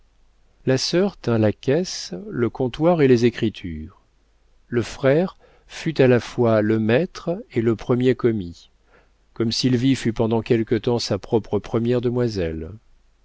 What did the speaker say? la sœur tint la caisse le comptoir et les écritures le frère fut à la fois le maître et le premier commis comme sylvie fut pendant quelque temps sa propre première demoiselle